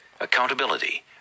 accountability